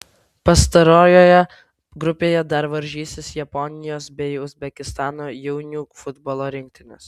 pastarojoje grupėje dar varžysis japonijos bei uzbekistano jaunių futbolo rinktinės